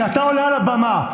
כשאתה עולה על הבמה,